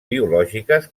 biològiques